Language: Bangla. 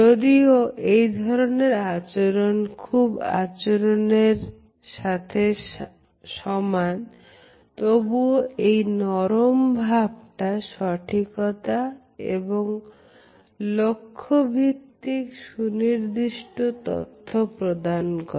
যদিও এই ধরনের আচরণ পূর্ব আচরণের সাথে সমান তবুও এই নরম ভাবটি সঠিকতা এবং লক্ষ্যভিত্তিক সুনির্দিষ্ট তথ্য প্রদান করে